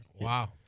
Wow